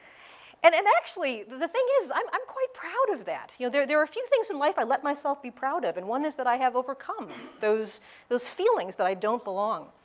and and actually, the the thing is i'm um quite proud of that. yeah there there are a few things in life i let myself be proud of, and one is that i have overcome those those feelings that i don't belong.